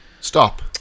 Stop